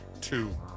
Two